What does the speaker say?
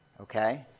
Okay